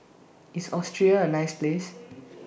IS Austria A nice Place